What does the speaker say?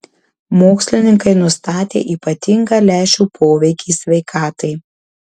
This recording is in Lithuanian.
mokslininkai nustatė ypatingą lęšių poveikį sveikatai